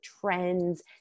trends